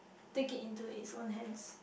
take it into its on hands